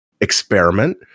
experiment